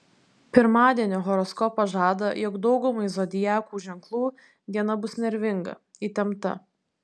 pirmadienio horoskopas žada jog daugumai zodiakų ženklų diena bus nervinga įtempta